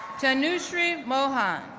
tanushree mohan,